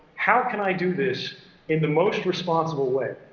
how can i do this in the most responsible way,